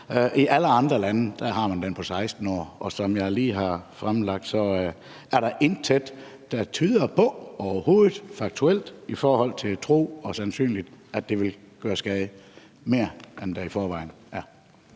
I alle andre lande har man den på 16 år, og som jeg lige har fremlagt, er der overhovedet intet, der tyder på, faktuelt – i forhold til at tro, og i forhold til hvad der er sandsynligt – at det vil gøre skade, mere end der er i forvejen.